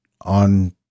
on